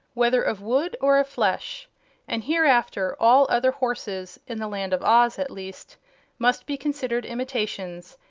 whether of wood or of flesh and hereafter all other horses in the land of oz, at least must be considered imitations,